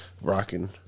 Rocking